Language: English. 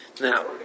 now